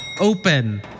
open